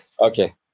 Okay